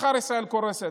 מחר ישראל קורסת.